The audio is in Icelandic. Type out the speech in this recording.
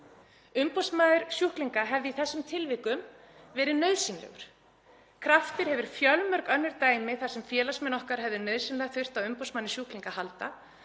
Umboðsmaður sjúklinga hefði í þessum tilvikum verið nauðsynlegur. Kraftur hefur fjölmörg önnur dæmi þar sem félagsmenn okkar hefðu nauðsynlega þurft á umboðsmanni sjúklinga að halda.